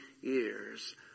years